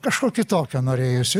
kažko kitokio norėjosi